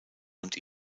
und